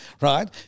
right